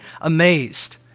amazed